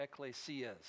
ecclesias